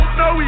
no